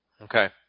Okay